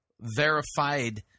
verified